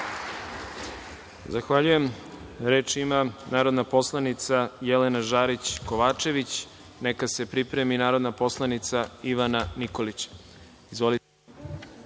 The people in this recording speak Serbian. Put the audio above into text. Zahvaljujem. Reč ima narodna poslanica Jelena Žarić Kovačević, a neka se pripremi narodna poslanica Ivana Nikolić.